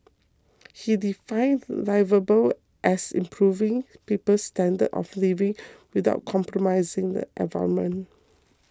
he defined liveable as improving people's standards of living without compromising the environment